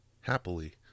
happily